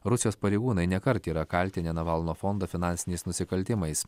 rusijos pareigūnai nekart yra kaltinę navalno fondą finansiniais nusikaltimais